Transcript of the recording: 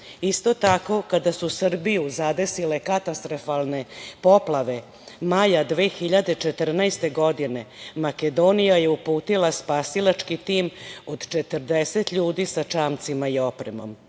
tako, kada su Srbiju zadesile katastrofalne poplave, maja 2014. godine, Makedonija je uputila spasilački tim od 40 ljudi sa čamcima i